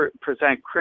present